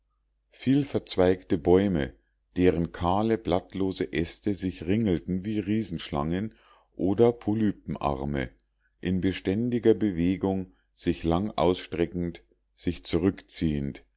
vielverzweigte bäume deren kahle blattlose äste sich ringelten wie riesenschlangen oder polypenarme in beständiger bewegung sich lang ausstreckend sich zurückziehend